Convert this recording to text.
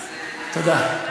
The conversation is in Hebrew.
תודה.